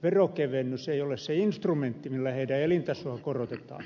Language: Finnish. veronkevennys ei ole se instrumentti millä heidän elintasoaan korotetaan